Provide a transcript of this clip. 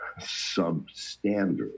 substandard